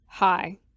Hi